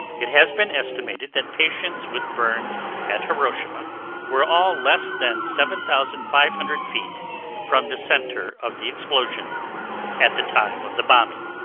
it has been estimated that patients with burns at hiroshima were all less than seven thousand five hundred feet from the center of the explosion at the time of the bombing.